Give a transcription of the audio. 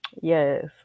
Yes